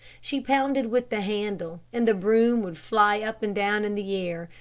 she pounded with the handle, and the broom would fly up and down in the air,